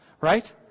right